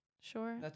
Sure